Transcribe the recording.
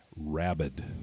rabid